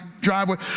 driveway